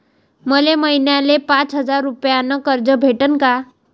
मले महिन्याले पाच हजार रुपयानं कर्ज भेटन का?